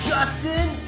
Justin